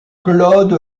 claude